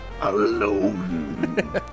alone